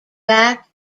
back